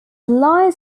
lies